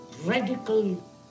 radical